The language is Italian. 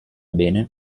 bene